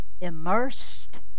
immersed